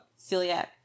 celiac